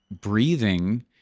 breathing